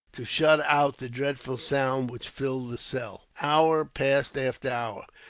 to shut out the dreadful sounds which filled the cell. hour passed after hour.